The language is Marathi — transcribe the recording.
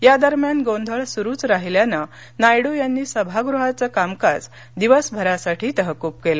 या दरम्यान गोंधळ सुरूच राहिल्यानं नायडू यांनी सभागृहाचं कामकाज दिवसभरासाठी तहकूब केलं